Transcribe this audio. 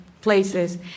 places